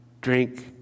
drink